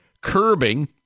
curbing